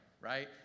right